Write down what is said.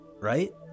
right